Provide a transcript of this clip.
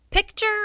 Picture